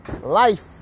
life